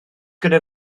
gyda